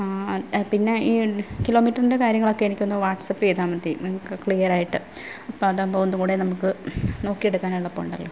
അ പിന്നെ ഈ കിലോമീറ്ററിൻ്റെ കാര്യങ്ങളൊക്കെ ക്കെ എനിക്കൊന്ന് വാട്സപ്പ് ചെയ്താൽ മതി നിങ്ങൾക്ക് ക്ലിയറായിട്ട് അപ്പോൾ അതാകുമ്പോൾ ഒന്നും കൂടെ നമുക്ക് നോക്കി എടുക്കാൻ എളുപ്പം ഉണ്ടല്ലോ